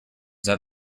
that